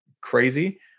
crazy